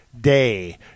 day